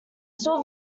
still